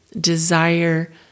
desire